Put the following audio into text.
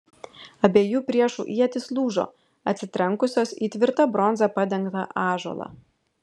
abiejų priešų ietys lūžo atsitrenkusios į tvirta bronza padengtą ąžuolą